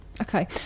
Okay